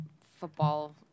football